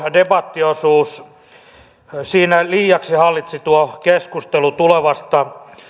debattiosuudessa liiaksi hallitsi tuo keskustelu tulevasta